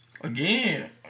Again